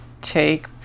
take